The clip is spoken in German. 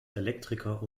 elektriker